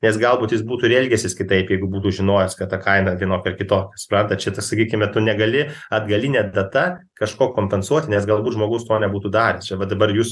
nes galbūt jis būtų ir elgęsis kitaip jeigu būtų žinojęs kad ta kaina vienokia ar kitokia suprantat čia tas sakykime tu negali atgaline data kažko kompensuoti nes galbūt žmogus to nebūtų daręs čia va dabar jūs